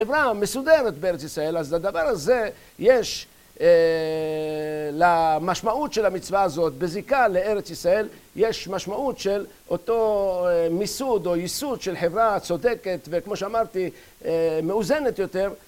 חברה מסודרת בארץ ישראל, אז לדבר הזה, יש למשמעות של המצווה הזאת, בזיקה לארץ ישראל, יש משמעות של אותו מיסוד או ייסוד של חברה צודקת וכמו שאמרתי, מאוזנת יותר.